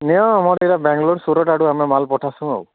ନିଅ ମୁଁ ଏଇଟା ବେଙ୍ଗଲୋର ସୁରଟ୍ ଆଡ଼ୁ ଆମେ ମାଲ୍ ପଠାସୁଁ ଆଉ